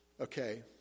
Okay